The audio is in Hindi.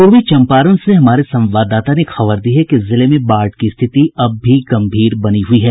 पूर्वी चम्पारण से हमारे संवाददाता ने खबर दी है कि जिले में बाढ़ की स्थिति अब भी गम्भीर बनी हुई है